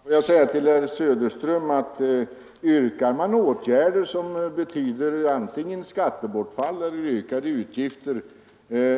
Fru talman! Om man, herr Söderström, yrkar på åtgärder som betyder antingen skattebortfall eller ökade utgifter